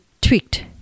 tweaked